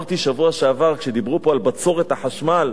אמרתי בשבוע שעבר, כשדיברו פה על בצורת החשמל: